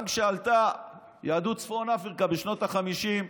גם כשעלתה יהדות צפון אפריקה בשנות החמישים,